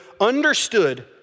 understood